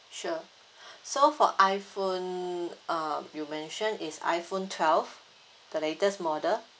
sure so for iphone um you mention is iphone twelve the latest model